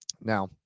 now